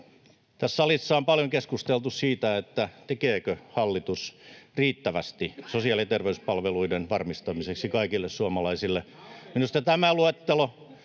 Tässä salissa on paljon keskusteltu siitä, tekeekö hallitus riittävästi sosiaali- ja terveyspalveluiden varmistamiseksi kaikille suomalaisille. Minusta tämä luettelo,